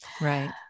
Right